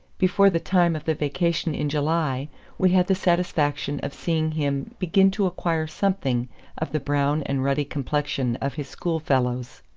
before the time of the vacation in july we had the satisfaction of seeing him begin to acquire something of the brown and ruddy complexion of his schoolfellows.